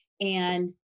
And-